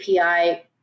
API